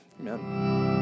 Amen